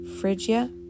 Phrygia